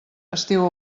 estiu